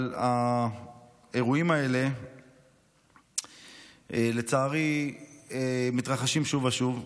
אבל האירועים האלה לצערי מתרחשים שוב ושוב.